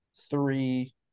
three